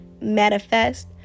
manifest